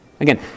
Again